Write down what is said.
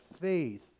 faith